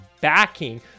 backing